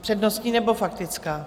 Přednostní, nebo faktická?